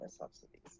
subsidies